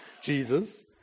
Jesus